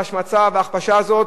ההשמצה וההכפשה הזאת,